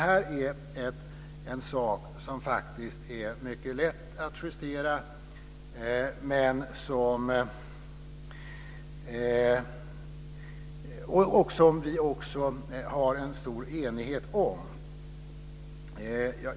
Här är dock en sak som faktiskt är mycket lätt att justera och som det också råder en stor enighet om.